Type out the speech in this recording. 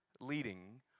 leading